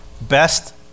best